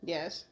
Yes